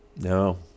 no